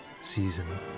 season